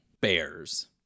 Bears